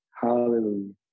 Hallelujah